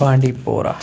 بانٛڈی پورہ